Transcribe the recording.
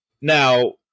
Now